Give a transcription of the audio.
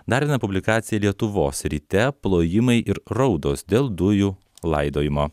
dar viena publikacija lietuvos ryte plojimai ir raudos dėl dujų laidojimo